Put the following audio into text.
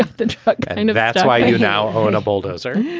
ah that's but kind of and why you now own a bulldozer.